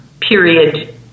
period